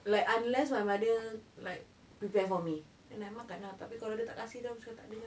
like unless my mother like prepare for me and I makan ah tapi kalau dia tak kasih then macam tak ada ah